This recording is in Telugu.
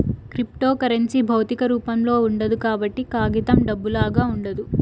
క్రిప్తోకరెన్సీ భౌతిక రూపంలో ఉండదు కాబట్టి కాగితం డబ్బులాగా ఉండదు